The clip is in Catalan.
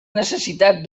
necessitat